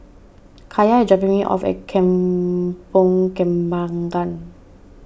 Kaya is dropping me off at Kampong Kembangan